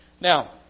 Now